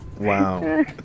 Wow